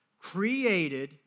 created